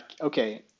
okay